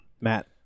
Matt